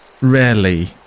rarely